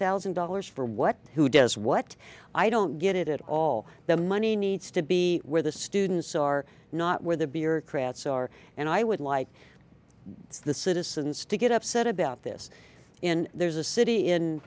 thousand dollars for what who does what i don't get it at all the money needs to be where the students are not where the bureaucrats are and i would like it's the citizens to get upset about this and there's a city in